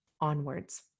onwards